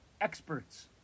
experts